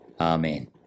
Amen